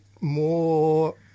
more